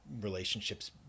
relationships